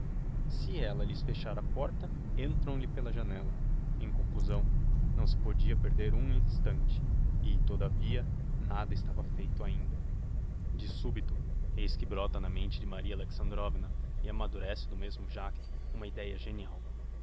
se ella lhes fechar a porta entram lhe pela janella em conclusão não se podia perder um instante e todavia nada estava feito ainda de subito eis que brota na mente de maria alexandrovna e amadurece do mesmo jacto uma ideia genial